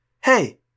Hey